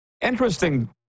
Interesting